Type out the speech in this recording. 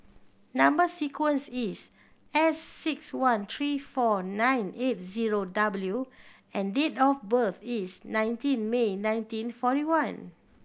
number sequence is S six one three four nine eight zero W and date of birth is nineteen May nineteen forty one